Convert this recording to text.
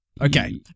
Okay